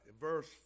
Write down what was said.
verse